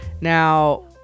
Now